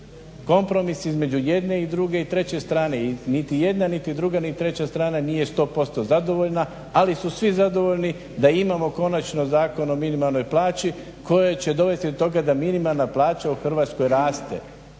kompromis između jedne i druge i treće strane. Niti jedna ni druga ni treća strana nije 100% zadovoljna, ali su svi zadovoljni da imamo konačno Zakon o minimalnoj plaći koji će dovesti do toga da minimalna plaća u Hrvatskoj raste